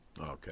Okay